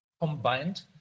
combined